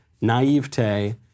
naivete